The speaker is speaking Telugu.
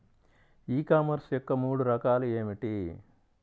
ఈ కామర్స్ యొక్క మూడు రకాలు ఏమిటి?